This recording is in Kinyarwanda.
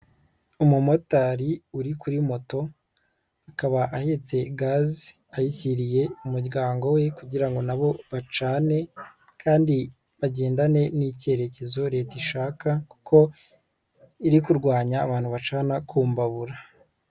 Umumotari uri kuri moto akaba ahite gaze ayishyiriye umuryango we kugira ngo na bo bacane kandi bagendane n'ikerekezo Leta ishaka kuko iri kurwanya abantu bacana ku mbabura.